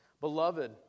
Beloved